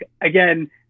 again